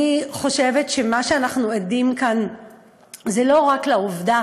אני חושבת שאנחנו עדים כאן לא רק לעובדה